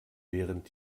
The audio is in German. während